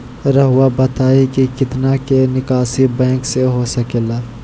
रहुआ बताइं कि कितना के निकासी बैंक से हो सके ला?